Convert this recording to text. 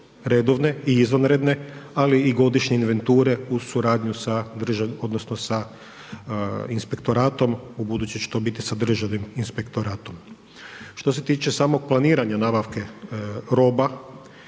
redovne i izvanredne ali i godišnje inventure u suradnji sa inspektoratom, ubuduće će to biti sa Državnim inspektoratom. Što se tiče samog planiranja nabavke roba,